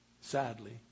sadly